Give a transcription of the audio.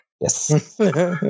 Yes